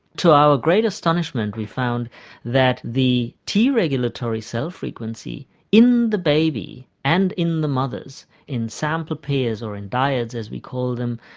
to our great astonishment we found that the t regulatory cell frequency in the baby and in the mothers, in sample pairs or in dyads as we call them,